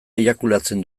eiakulatzen